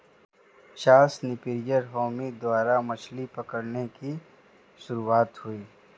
Charles Napier Hemy द्वारा मछली पकड़ने की शुरुआत हुई